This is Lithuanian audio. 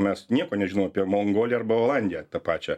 mes nieko nežinom apie mongoliją arba olandiją ta pačią